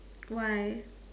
why